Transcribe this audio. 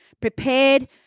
prepared